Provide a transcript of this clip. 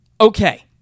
Okay